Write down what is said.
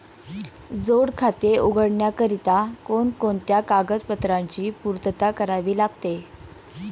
जोड खाते उघडण्याकरिता कोणकोणत्या कागदपत्रांची पूर्तता करावी लागते?